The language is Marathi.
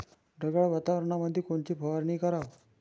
ढगाळ वातावरणामंदी कोनची फवारनी कराव?